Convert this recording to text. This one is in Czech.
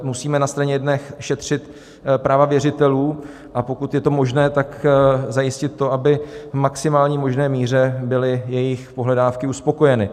Musíme na straně jedné šetřit práva věřitelů, a pokud je to možné, tak zajistit to, aby v maximální možné míře byly jejich pohledávky uspokojeny.